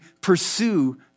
pursue